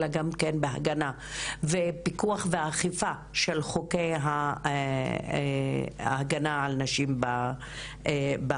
אלא גם בהגנה ופיקוח האכיפה של חוקי ההגנה על נשים בעבודה.